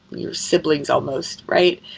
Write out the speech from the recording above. your siblings almost, right?